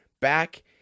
back